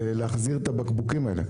להחזיר את הבקבוקים האלה.